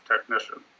technician